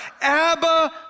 Abba